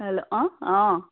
hello অঁ অঁ